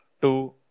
two